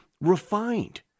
refined